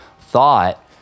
thought